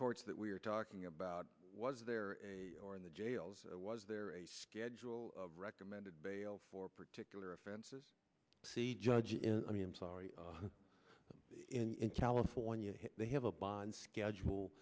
courts that we're talking about was there in the jails or was there a schedule of recommended bail for particular offenses c judge i mean i'm sorry in california they have a bond schedule